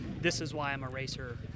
this-is-why-I'm-a-racer